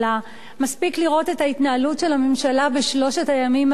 מספיק לראות את ההתנהלות של הממשלה בשלושת הימים האחרונים,